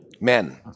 men